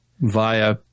via